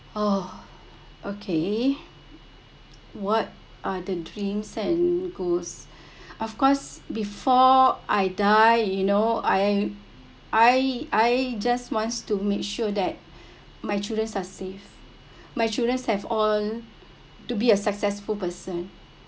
oh okay what are the dreams and goals of course before I die you know I I I just wants to make sure that my children are safe my children have all to be a successful person